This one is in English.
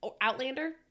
Outlander